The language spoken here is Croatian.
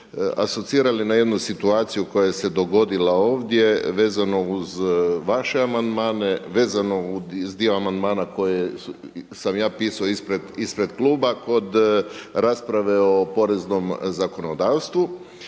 asocirali na jednu situaciju koja se dogodila ovdje vezano uz vaše amandmane, vezano i uz dio amandmana koje sam ja pisao ispred kluba kod rasprave o poreznom zakonodavstvu.